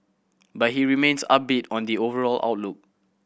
but he remains upbeat on the overall outlook